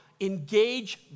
engage